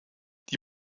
die